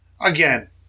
Again